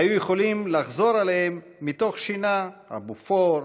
היו יכולים לחזור עליהם מתוך שינה: הבופור,